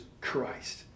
Christ